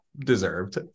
deserved